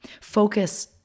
Focus